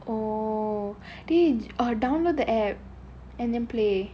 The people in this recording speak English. oh they uh download the application and then play